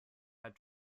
had